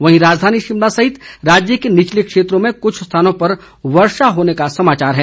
वहीं राजधानी शिमला सहित राज्य के निचले क्षेत्रों में कुछ स्थानों पर वर्षा होने का समाचार है